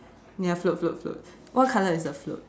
ya float float float what color is the float